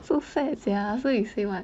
so fat sia so you say what